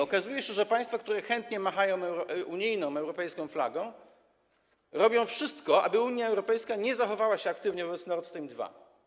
Okazuje się, że państwa, które chętnie machają unijną, europejską flagą, robią wszystko, aby Unia Europejska nie zachowała się aktywnie wobec Nord Stream 2.